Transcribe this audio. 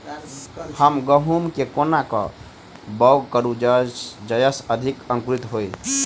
हम गहूम केँ कोना कऽ बाउग करू जयस अधिक अंकुरित होइ?